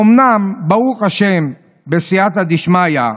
אומנם ברוך השם, בסייעתא דשמיא,